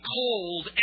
cold